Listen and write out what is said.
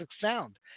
sound